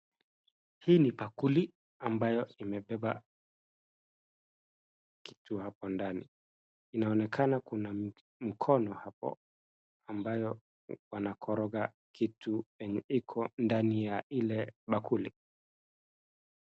Hii ni bakuli ambayo imebeba kitu hapo ndani. Inaonekana kuna mkono hapo ambayo inakoroga kitu yenye iko ndani ya ile bakuli.